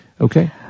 Okay